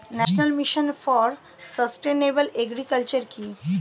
National mission for sustainable agriculture কি?